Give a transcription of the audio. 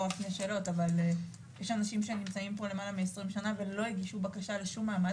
אבל יש אנשים שנמצאים פה למעלה מ-20 שנה ולא הגישו בקשה לשום מעמד,